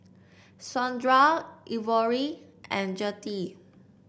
Saundra Ivory and Gertie